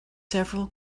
several